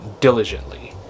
diligently